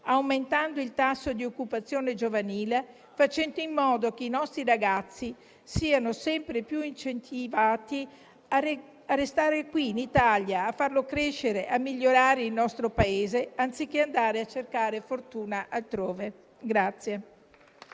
aumentando il tasso di occupazione giovanile per fare in modo che i nostri ragazzi siano sempre più incentivati a restare in Italia, a far crescere e migliorare il nostro Paese, anziché andare a cercare fortuna altrove.